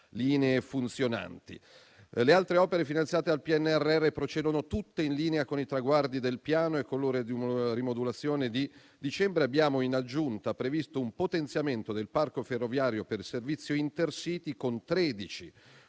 linee funzionanti. Le altre opere finanziate dal PNRR procedono tutte in linea con i traguardi del Piano e con la rimodulazione di dicembre abbiamo in aggiunta previsto un potenziamento del parco ferroviario per servizio Intercity con 13